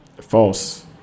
False